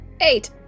Eight